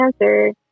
answer